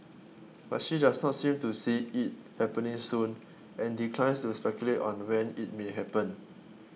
but she does not seem to see it happening soon and declines to speculate on when it may happen